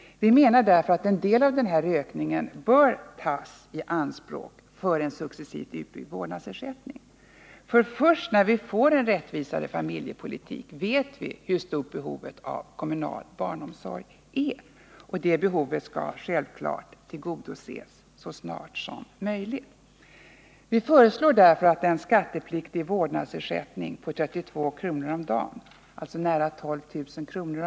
Vi menar att en del av den ökningen bör tas i anspråk för en successivt utbyggd vårdnadsersättning. Först när vi får en rättvisare familjepolitik vet vi hur stort behovet av kommunal barnomsorg är. Det behovet skall självklart tillgodoses så snart som möjligt. Vi föreslår därför att en skattepliktig vårdnadsersättning på 32 kr. om dagen, dvs. nära 12 000 kr.